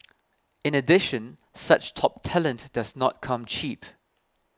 in addition such top talent does not come cheap